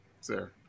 sir